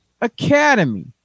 academy